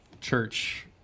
church